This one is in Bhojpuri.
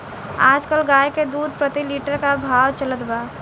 आज कल गाय के दूध प्रति लीटर का भाव चलत बा?